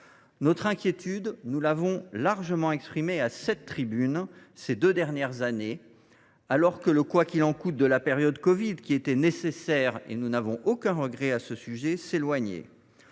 Notre inquiétude, nous l’avons largement exprimée à cette tribune au cours des deux dernières années, alors que le « quoi qu’il en coûte » de la période du covid 19, qui était nécessaire – nous n’avons aucun regret à cet égard – s’éloignait.